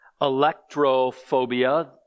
electrophobia